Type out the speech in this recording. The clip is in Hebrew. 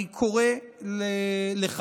אני קורא לך,